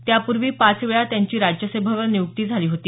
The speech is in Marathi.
त्यापूर्वी पाचवेळा त्यांची राज्यसभेवर नियुक्ती झाली होती